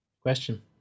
Question